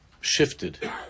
shifted